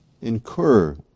incur